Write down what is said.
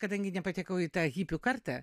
kadangi nepatekau į tą hipių kartą